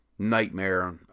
nightmare